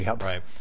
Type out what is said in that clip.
right